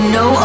no